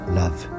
love